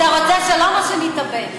אתה רוצה שלום או שנתאבד?